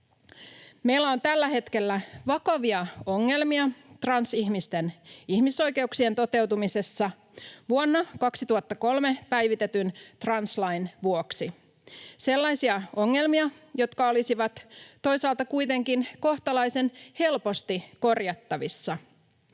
Meillä on tällä hetkellä vakavia ongelmia transihmisten ihmisoikeuksien toteutumisessa vuonna 2003 päivitetyn translain vuoksi. Sellaisia ongelmia, jotka olisivat toisaalta kuitenkin kohtalaisen helposti korjattavissa.